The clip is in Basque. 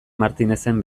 martinezen